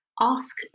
Ask